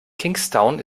kingstown